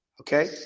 Okay